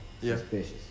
Suspicious